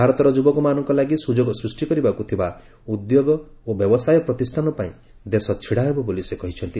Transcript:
ଭାରତର ଯୁବକମାନଙ୍କ ଲାଗି ସୁଯୋଗ ସୃଷ୍ଟି କରିବାକୁ ଥିବା ଉଦ୍ୟୋଗ ଓ ବ୍ୟବସାୟ ପ୍ରତିଷ୍ଠାନ ପାଇଁ ଦେଶ ଛିଡା ହେବ ବୋଲି ସେ କହିଛନ୍ତି